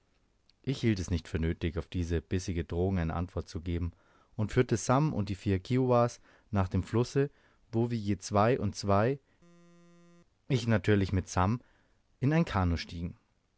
ich hielt es nicht für nötig auf diese bissige drohung eine antwort zu geben und führte sam und die vier kiowas nach dem flusse wo wir je zwei und zwei ich natürlich mit sam in ein kanoe stiegen